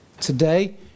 today